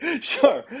Sure